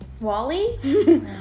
Wally